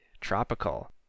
tropical